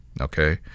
Okay